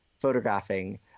photographing